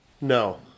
No